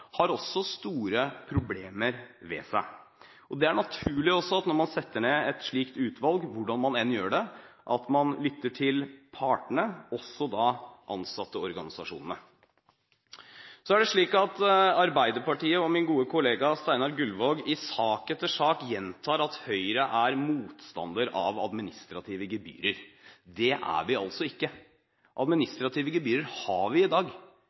også har store problemer ved seg. Når man setter ned et slikt utvalg – hvordan man enn gjør det – er det naturlig at man lytter til partene, også ansatteorganisasjonene. Arbeiderpartiet og min gode kollega Steinar Gullvåg gjentar i sak etter sak at Høyre er motstander av administrative gebyrer. Det er vi ikke. Administrative gebyrer har vi i dag.